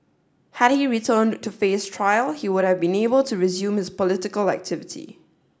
had he returned to face trial he would have been able to resume his political activity